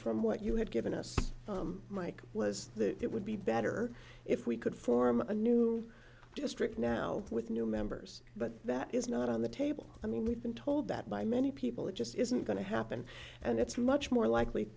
from what you had given us mike was that it would be better if we could form a new district now with new members but that is not on the table i mean we've been told that by many people it just isn't going to happen and it's much more likely